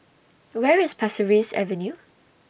Where IS Pasir Ris Avenue